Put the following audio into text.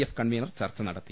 F convener ചർച്ച നടത്തി